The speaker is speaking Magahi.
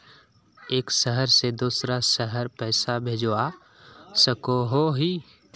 एक शहर से दूसरा शहर पैसा भेजवा सकोहो ही?